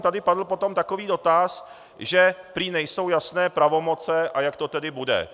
Tady padl potom takový dotaz, že prý nejsou jasné pravomoci a jak to tedy bude.